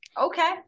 Okay